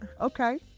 Okay